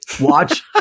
Watch